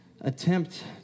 attempt